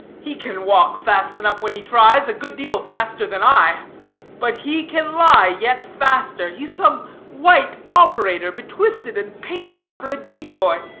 he can walk fast enough when he tries, a good deal faster than i but he can lie yet faster. he's some white operator, betwisted and painted up for a decoy.